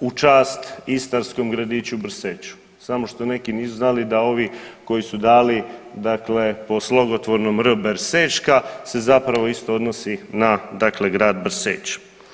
u čast istarskom gradiću Brseču, samo što neki nisu znali da ovi koji su dali dakle po slogotvornom r Bersečka se zapravo isto odnosi na dakle, grad Brseč.